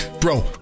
Bro